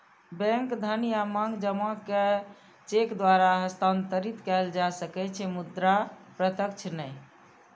bank धन या मांग जमा कें चेक द्वारा हस्तांतरित कैल जा सकै छै, मुदा प्रत्यक्ष नहि